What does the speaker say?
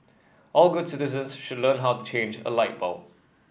all good citizens should learn how to change a light bulb